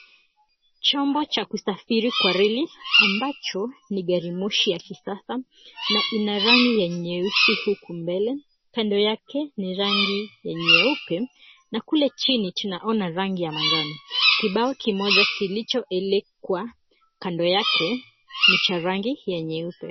Chombo cha kusafiri kwa reli ambacho ni gari moshi ya kisasa na ina rangi ya myeusi huku mbele. Kando yake ni rangi ya nyeupe na kule chini tunaona rangi ya manjano. Kibao kimoja kilichoelekwa kando yake ni cha rangi ya nyeupe.